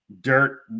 dirt